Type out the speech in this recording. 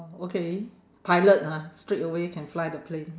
okay pilot ha straightaway can fly the plane